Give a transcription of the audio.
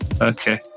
okay